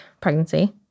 pregnancy